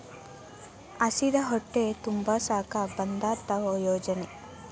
ಹಸಿದ ಹೊಟ್ಟೆ ತುಂಬಸಾಕ ಬಂದತ್ತ ಯೋಜನೆ